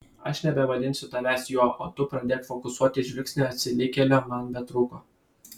aš nebevadinsiu tavęs juo o tu pradėk fokusuoti žvilgsnį atsilikėlio man betrūko